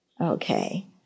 Okay